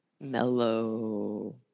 mellow